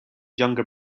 younger